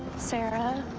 sarah?